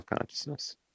consciousness